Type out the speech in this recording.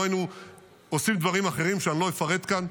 לא היינו עושים דברים אחרים שאני לא אפרט כאן.